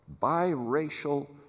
biracial